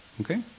Okay